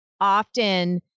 often